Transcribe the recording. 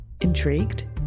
Intrigued